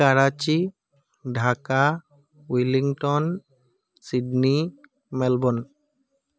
Karachi Dhaka Wellington Sydney Melbourne